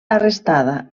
arrestada